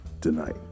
Tonight